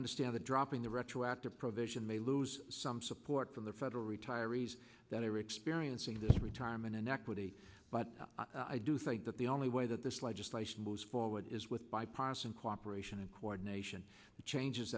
understand that dropping the retroactive provision may lose some support from the federal retirees that are experiencing this retirement inequity but i do think that the only way that this legislation moves forward is with bipartisan cooperation and coordination the changes